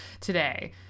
today